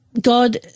God